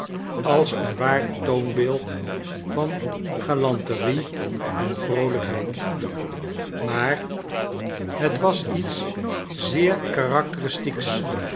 als een waar toonbeeld van galanterie en vroolljkheid maar het was iets zeer karakteristieks